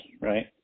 right